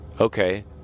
okay